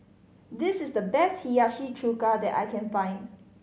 this is the best Hiyashi Chuka that I can find